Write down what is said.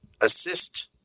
assist